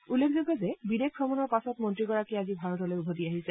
উল্লেখযোগ্য যে বিদেশ ভ্ৰমণৰ পাছত মন্ত্ৰীগৰাকী আজি ভাৰতলৈ উভতি আহিছে